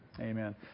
Amen